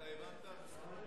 גם אני מבינה.